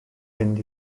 mynd